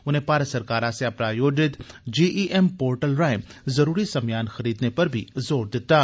उनें भारत सरकार आस्सेआ प्रायोजित जर्म पोटल राएं जरूरी समेयान खरीदने पर बी जोर दित्ता